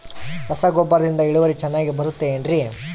ರಸಗೊಬ್ಬರದಿಂದ ಇಳುವರಿ ಚೆನ್ನಾಗಿ ಬರುತ್ತೆ ಏನ್ರಿ?